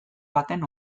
baten